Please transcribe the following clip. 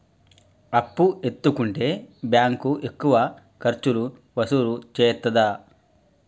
అప్పు ఎత్తుకుంటే బ్యాంకు ఎక్కువ ఖర్చులు వసూలు చేత్తదా?